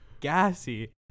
gassy